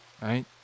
right